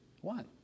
one